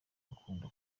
akunda